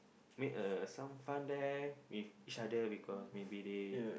make a some fun there with each other because maybe they